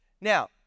now